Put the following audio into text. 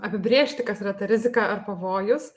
apibrėžti kas yra ta rizika ar pavojus